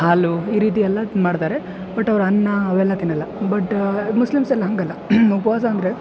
ಹಾಲು ಈ ರೀತಿಯೆಲ್ಲ ಮಾಡ್ತಾರೆ ಬಟ್ ಅವ್ರು ಅನ್ನ ಅವೆಲ್ಲ ತಿನ್ನೋಲ್ಲ ಬಟ್ ಮುಸ್ಲಿಮ್ಸ್ ಎಲ್ಲ ಹಂಗಲ್ಲ ಉಪವಾಸ ಅಂದರೆ